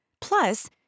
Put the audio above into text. Plus